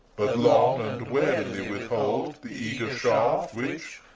long and warily withhold the eager shaft, which,